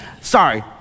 Sorry